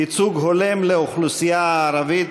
ייצוג הולם לאוכלוסייה הערבית